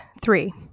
three